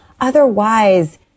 Otherwise